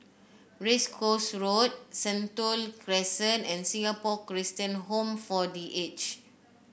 Race Course Road Sentul Crescent and Singapore Christian Home for The Aged